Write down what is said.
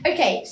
Okay